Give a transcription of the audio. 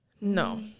no